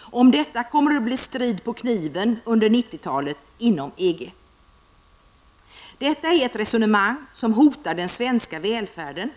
Om detta kommer det att bli strid på kniven under 90 talet inom EG. Detta är ett resonemang som hotar den svenska välfärden.